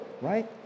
Right